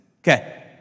Okay